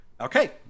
Okay